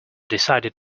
decided